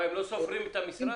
מה, הם לא סופרים את המשרד?